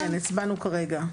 כן, הצבענו כרגע.